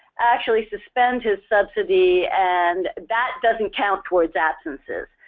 actually suspend his subsidy and that doesn't count toward absences.